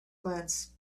glance